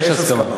יש הסכמה.